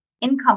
income